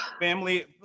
Family